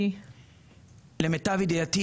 למיטב ידיעתי